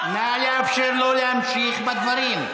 נא לאפשר לו להמשיך בדברים.